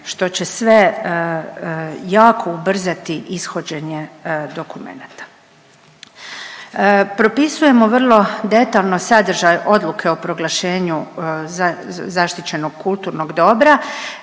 što će sve jako ubrzati ishođenje dokumenata. Propisujemo vrlo detaljno sadržaj odluke o proglašenju zaštićenog kulturnog dobra